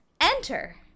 Enter